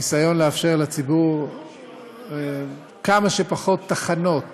בניסיון לאפשר לציבור כמה שפחות תחנות